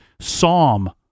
psalm